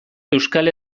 euskal